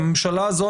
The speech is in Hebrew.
הממשלה הזאת,